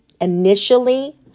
initially